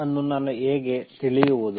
ಅನ್ನು ನಾನು ಹೇಗೆ ತಿಳಿಯುವುದು